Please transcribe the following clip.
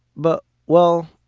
but well,